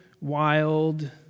wild